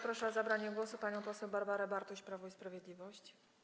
Proszę o zabranie głosu panią poseł Barbarę Bartuś, Prawo i Sprawiedliwość.